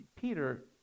Peter